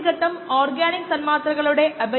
തുടർന്ന് നമുക്ക് ഗാമാ കിരണങ്ങളും മറ്റും ഉപയോഗിക്കാം